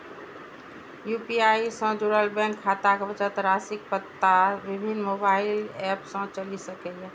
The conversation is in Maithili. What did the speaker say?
यू.पी.आई सं जुड़ल बैंक खाताक बचत राशिक पता विभिन्न मोबाइल एप सं चलि सकैए